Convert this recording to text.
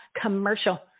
commercial